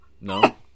No